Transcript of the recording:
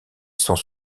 sont